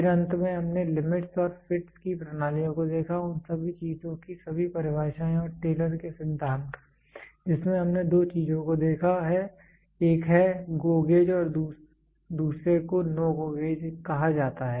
फिर अंत में हमने लिमिटस् और फिटस् की प्रणालियों को देखा उन सभी चीजों की सभी परिभाषाएं और टेलर के सिद्धांत जिसमें हमने दो चीजों को देखा एक है GO गेज और दूसरे को NO GO गेज कहा जाता है